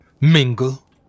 mingle